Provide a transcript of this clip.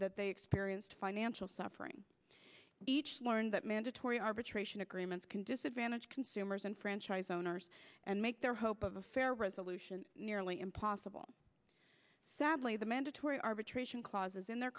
that they experienced financial suffering each learned that mandatory arbitration agreements can disadvantage consumers and franchise owners and make their hope of a fair resolution nearly impossible sadly the mandatory arbitration clauses in their